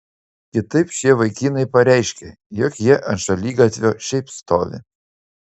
kitaip šie vaikinai pareiškia jog jie ant šaligatvio šiaip stovi